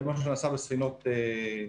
זה משהו שנעשה בספינות השטח,